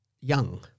young